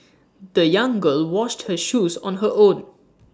the young girl washed her shoes on her own